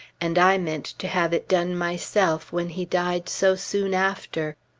and i meant to have it done myself when he died so soon after.